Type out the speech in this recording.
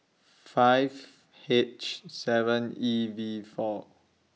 five H seven E V four